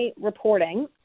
reporting